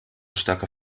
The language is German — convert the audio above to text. stärker